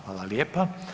Hvala lijepa.